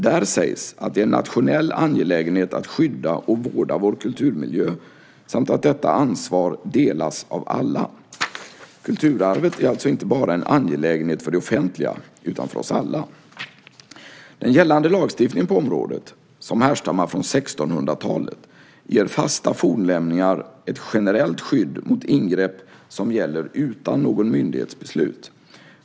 Där sägs att det är en nationell angelägenhet att skydda och vårda vår kulturmiljö samt att detta ansvar delas av alla. Kulturarvet är alltså inte bara en angelägenhet för det offentliga utan för oss alla. Den gällande lagstiftningen på området, som härstammar från 1600-talet, ger fasta fornlämningar ett generellt skydd mot ingrepp som gäller utan någon myndighets beslut.